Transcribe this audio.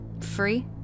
free